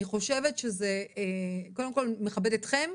אני חושבת שזה קודם כל מכבד אתכם,